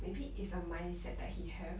maybe is a mindset that he have